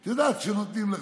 את יודעת, נותנים.